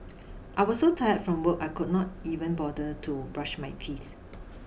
I was so tired from work I could not even bother to brush my teeth